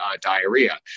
diarrhea